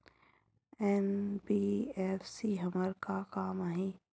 NBFC हमर का काम आही?